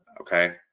Okay